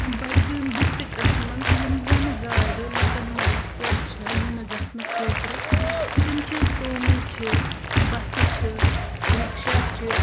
بَڈگٲمۍ ڈِسٹرٛکَس منٛز یِم زَن گاڑِ لوکن میَسَر چھِ یِنہٕ گَژھنہٕ خٲطرٕ تِم چھِ سوموٗ چھِ بَسہٕ چھِ رِکشہ چھِ